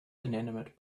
inanimate